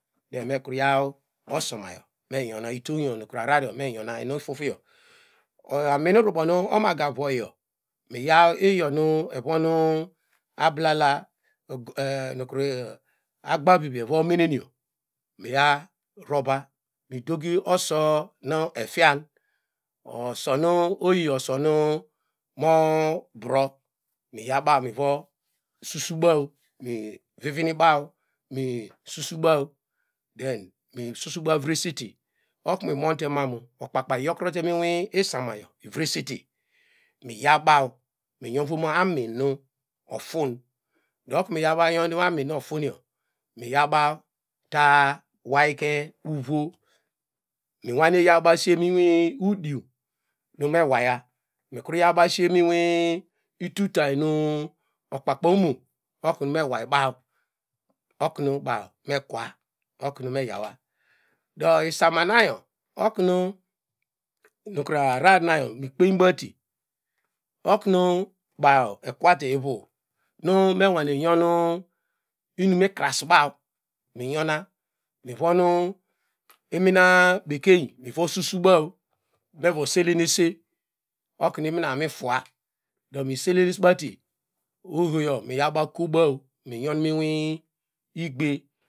Ndo mekru yaw osomayo memjora itonw yo nukru ararar ne nyona nu ifufuyo amin rubo nu omaga vuoyo miyaw iyoni evon ablala nukru agba vivi evo mengo miva rova mi dogi osow nu efian or oso nu oyi osonu mobro miyabaw mivo susubaw mivnibaw nu susubaw then mi susuba vresete oknu monde mam okpakpa yokuroteme isamayo ivresete miyaw baw mi nyon ivon amin nu ofun ndo oknu miyaw baw nyon amin nu ofunyo mi yaw baw ta wayke uvuo minwane yawbaw ya she mu udiun oho me waya mukri yaw baw shemu itutwany mi okpakpa omo oknu me waybaw oknu baw me kwa oknu meyawa do isomanayo oknu nukru ararar nayo mikpenbate oknu baw ikwate ivu nu me nwome nyon inumu ikraabaw minyona mi von imina bekeiny nu susu baw mevo selenense oknu imina mifua oho nu iselenesbate ohoyo miyawba koba minyon mi- i igbe.